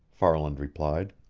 farland replied.